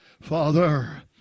Father